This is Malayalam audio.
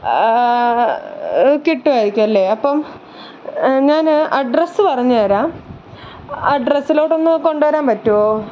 കിട്ടുമായിരിക്കുമല്ലെ അപ്പം ഞാൻ അഡ്രസ്സ് പറഞ്ഞുതരാം ആ അഡ്രസ്സിലോട്ടൊന്ന് കൊണ്ടുവരാന് പറ്റുമോ